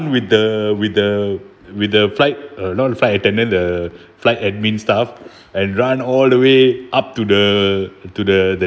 with the with the with the flight uh not the flight attendant the flight admin staff and run all the way up to the to the the